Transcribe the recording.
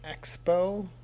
expo